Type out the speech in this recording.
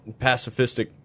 pacifistic